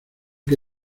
que